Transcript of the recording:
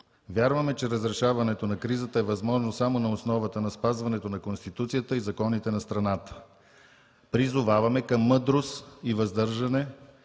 Вярваме, че разрешаването на кризата е възможно само на основата на спазването на Конституцията и законите на страната. Призоваваме към мъдрост и въздържане